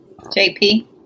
JP